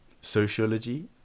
sociology